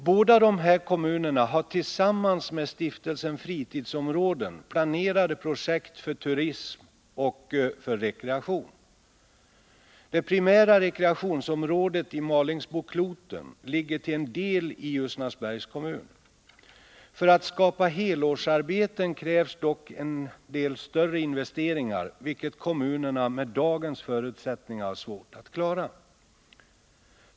Båda de här kommunerna har tillsammans med stiftelsen Fritidsområden planerade projekt för turism och rekreation. Det primära rekreationsområdet Malingsbo-Kloten ligger till en del i Ljusnarsbergs kommun. För att skapa helårsarbeten krävs dock en del större investeringar, vilket kommunerna med dagens förutsättningar har svårt att klara.